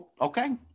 Okay